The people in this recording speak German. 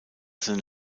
seine